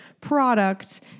product